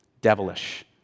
devilish